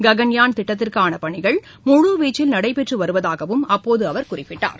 ககன்யான் திட்டத்திற்கானபணிகள் முழுவீச்சில் நடைபெற்றுவருவதாகஅப்போதுஅவர் குறிப்பிட்டார்